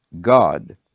God